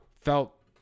felt